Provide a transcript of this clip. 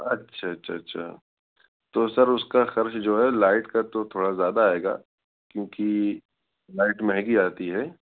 اچھا اچھا اچھا تو سر اس کا خرچ جو ہے لائٹ کا تو تھوڑا زیادہ آئے گا کیونکہ لائٹ مہنگی آتی ہے